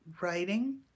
writing